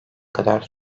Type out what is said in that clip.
kadar